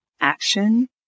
Action